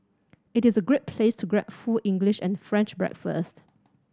it is a great place to grab full English and French breakfast